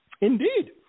Indeed